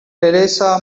teresa